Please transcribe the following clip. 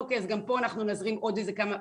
אוקיי, אז גם פה נזרים עוד כמה'.